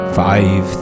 five